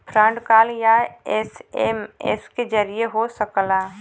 fraud call या SMS के जरिये हो सकला